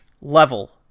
level